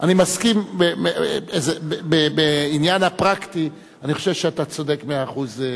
אני מסכים, בעניין הפרקטי אתה צודק מאה אחוז.